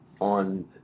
on